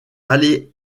allez